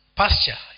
pasture